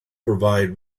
provide